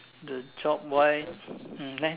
the job wise hmm let